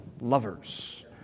lovers